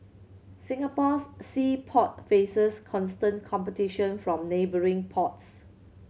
Singapore's sea port faces constant competition from neighbouring ports